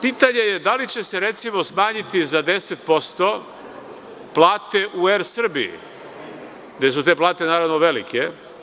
Pitanje je da li će se smanjiti za 10% plate u „ErSrbiji“, gde su te plate, naravno velike?